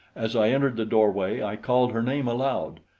as i entered the doorway, i called her name aloud.